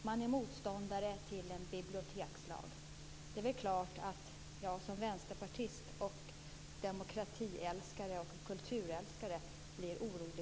Man är motståndare till en bibliotekslag. Det är väl klart att jag som vänsterpartist, demokratiälskare och kulturälskare blir orolig.